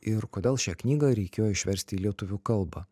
ir kodėl šią knygą reikėjo išversti į lietuvių kalbą